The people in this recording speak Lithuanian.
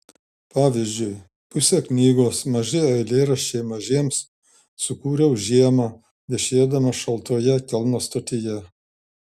pavyzdžiui pusę knygos maži eilėraščiai mažiems sukūriau žiemą viešėdamas šaltoje kelno stotyje